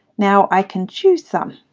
now i can choose some.